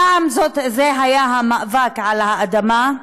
פעם זה היה המאבק על האדמה,